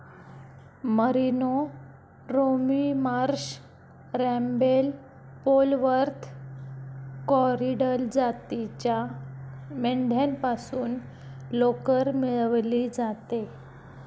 merino, Romney Marsh, Rambouillet, Polwarth, Corriedale जातीच्या मेंढ्यांपासून लोकर मिळवली जाते